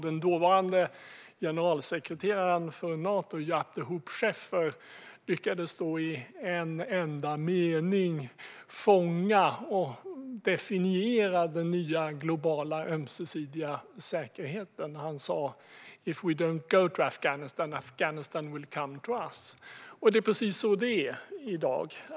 Den dåvarande generalsekreteraren för Nato, Jaap de Hoop Scheffer, lyckades då i en enda mening fånga och definiera den nya, globala, ömsesidiga säkerheten när han sa: If we don't go to Afghanistan, Afghanistan will come to us. Det är precis så det är i dag.